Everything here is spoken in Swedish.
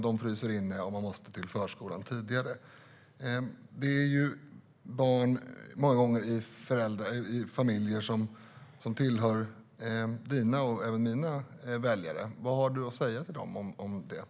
De fryser då inne, och barnet måste till förskolan tidigare. Många gånger är det barn i familjer som tillhör dina och även mina väljare. Vad har du att säga till dem om detta?